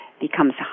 becomes